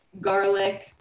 garlic